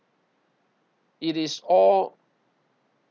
it is all